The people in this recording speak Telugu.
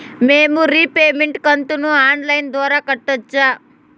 మేము రీపేమెంట్ కంతును ఆన్ లైను ద్వారా కట్టొచ్చా